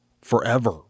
forever